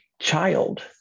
child